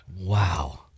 Wow